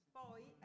poi